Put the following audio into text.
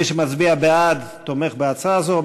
מי שמצביע בעד תומך בהצעה הזו,